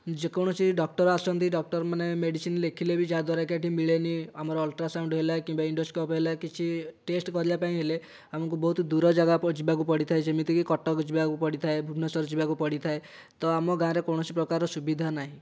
ଯେ କୌଣସି ଡକ୍ଟର ଆସନ୍ତି ଡକ୍ଟରମାନେ ମେଡ଼ିସିନ୍ ଲେଖିଲେ ବି ଯାହାଦ୍ଵାରା କି ଏଠି ମିଳେନି ଆମର ଅଲ୍ଟ୍ରାସାଉଣ୍ଡ ହେଲା କିମ୍ବା ଏଣ୍ଡୋସ୍କୋପି ହେଲା କିଛି ଟେଷ୍ଟ କରିବାପାଇଁ ହେଲେ ଆମକୁ ବହୁତ ଦୂର ଜାଗାକୁ ଯିବାକୁ ପଡ଼ିଥାଏ ଯେମିତିକି କଟକ ଯିବାକୁ ପଡ଼ିଥାଏ ଭୁବନେଶ୍ୱର ଯିବାକୁ ପଡ଼ିଥାଏ ତ ଆମ ଗାଁରେ କୌଣସି ପ୍ରକାର ସୁବିଧା ନାହିଁ